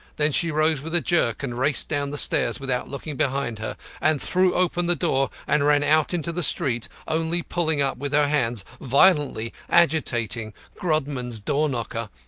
then she rose with a jerk and raced down the stairs without looking behind her, and threw open the door and ran out into the street, only pulling up with her hand violently agitating grodman's door-knocker.